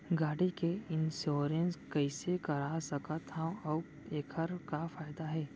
गाड़ी के इन्श्योरेन्स कइसे करा सकत हवं अऊ एखर का फायदा हे?